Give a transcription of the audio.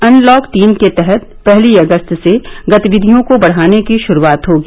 unlock तीन के तहत पहली अगस्त से गतिविधियों को बढ़ाने की शुरुआत होगी